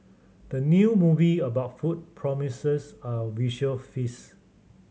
the new movie about food promises a visual feast